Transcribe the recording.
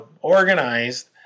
organized